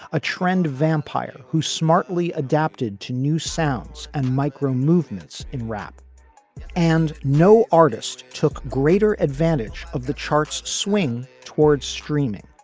a trend vampire who smartly adapted to new sounds and micro movements in rap and no artist took greater advantage of the charts swing towards streaming.